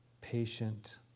patient